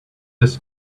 this